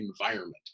environment